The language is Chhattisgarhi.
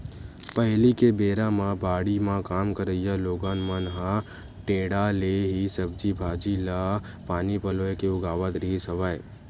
पहिली के बेरा म बाड़ी म काम करइया लोगन मन ह टेंड़ा ले ही सब्जी भांजी ल पानी पलोय के उगावत रिहिस हवय